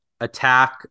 attack